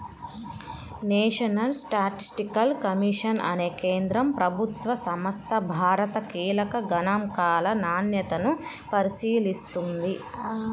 national statistical commission అనే కేంద్ర ప్రభుత్వ సంస్థ భారత కీలక గణాంకాల నాణ్యతను పరిశీలిస్తుంది